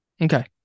Okay